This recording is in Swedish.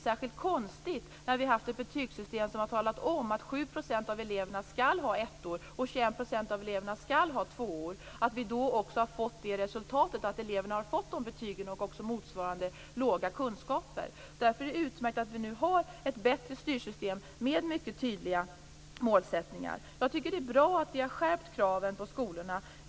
När vi har haft ett betygssystem som har talat om att 7 % av eleverna skall ha ettor och 21 % av eleverna skall ha tvåor är det inte särskilt konstigt att vi också har fått det resultatet, att eleverna har fått de betygen och motsvarande bristfälliga kunskaper. Därför är det utmärkt att vi nu har ett bättre styrsystem, med mycket tydliga mål. Det är bra att vi har skärpt kraven på skolorna.